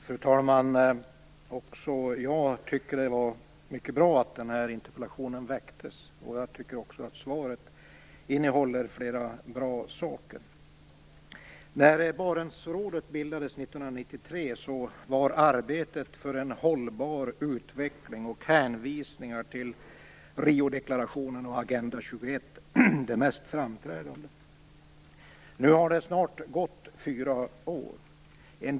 Fru talman! Också jag tycker att det var oerhört bra att denna interpellation framställdes. Svaret innehåller flera bra saker. När Barentsrådet bildades 1993 var arbetet för en hållbar utveckling och hänvisningar till Riodeklarationen och till Agenda 21 det mest framträdande. Nu har det snart gått fyra år.